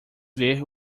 ver